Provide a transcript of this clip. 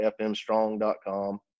fmstrong.com